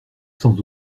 sans